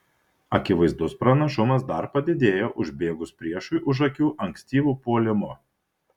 akivaizdus pranašumas dar padidėjo užbėgus priešui už akių ankstyvu puolimu